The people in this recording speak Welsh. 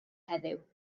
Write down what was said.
heddiw